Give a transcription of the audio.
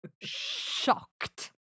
shocked